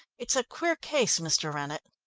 it's a queer case, mr. rennett.